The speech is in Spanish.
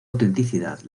autenticidad